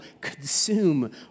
consume